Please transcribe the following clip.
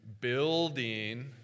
building